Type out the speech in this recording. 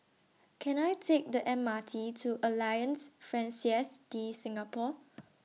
Can I Take The M R T to Alliance Francaise De Singapour